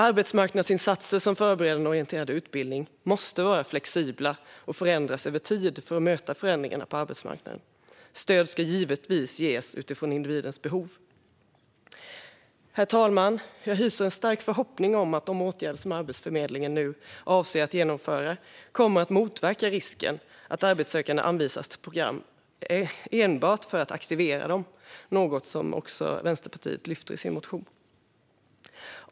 Arbetsmarknadsinsatser som Förberedande och orienterande utbildning måste vara flexibla och förändras över tid för att möta förändringarna på arbetsmarknaden. Stöd ska givetvis ges utifrån individens behov. Herr talman! Jag hyser en stark förhoppning om att de åtgärder som Arbetsförmedlingen nu avser att vidta kommer att motverka risken att arbetssökande anvisas till program enbart för att aktiveras, något som Vänsterpartiet lyfter fram i sin motion.